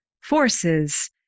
forces